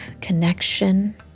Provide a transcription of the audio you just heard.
connection